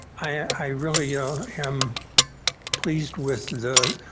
i really ah am pleased with the